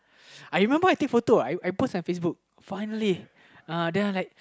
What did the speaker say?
I remember I take photo uh I post on Facebook finally then I like